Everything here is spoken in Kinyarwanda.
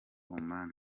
oman